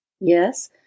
Yes